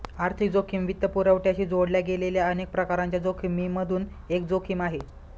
आर्थिक जोखिम वित्तपुरवठ्याशी जोडल्या गेलेल्या अनेक प्रकारांच्या जोखिमिमधून एक जोखिम आहे